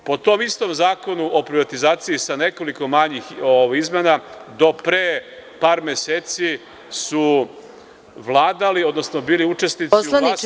Po tom istom zakonu o privatizaciji sa nekoliko manjih izmena do pre par meseci su vladali, odnosno bili učesnici